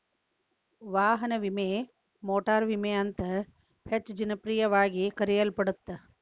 ವಾಹನ ವಿಮೆ ಮೋಟಾರು ವಿಮೆ ಅಂತ ಹೆಚ್ಚ ಜನಪ್ರಿಯವಾಗಿ ಕರೆಯಲ್ಪಡತ್ತ